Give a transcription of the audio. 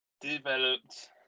Developed